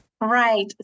Right